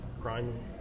crime